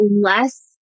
less